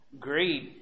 Greed